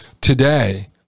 today